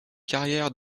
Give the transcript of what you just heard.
carrière